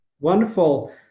Wonderful